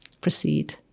Proceed